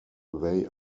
they